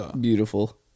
beautiful